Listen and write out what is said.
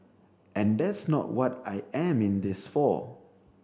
and that's not what I am in this for